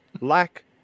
lack